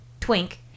twink